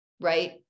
right